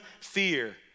fear